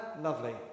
Lovely